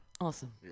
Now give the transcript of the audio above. Awesome